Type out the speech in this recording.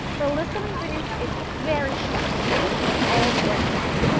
the list of ingredients is very short and sweet but it's all the right ones.